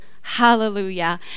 Hallelujah